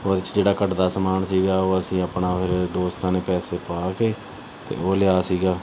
ਉਹਦੇ 'ਚ ਜਿਹੜਾ ਘਟਦਾ ਸਮਾਨ ਸੀਗਾ ਉਹ ਅਸੀਂ ਆਪਣਾ ਫਿਰ ਦੋਸਤਾਂ ਨੇ ਪੈਸੇ ਪਾ ਕੇ ਅਤੇ ਉਹ ਲਿਆ ਸੀਗਾ